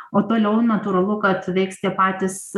o toliau natūralu kad veiks tie patys